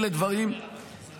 אלה דברים --- מה זה